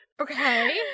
Okay